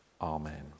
Amen